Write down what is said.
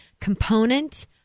component